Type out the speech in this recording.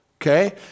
Okay